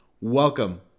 Welcome